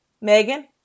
Megan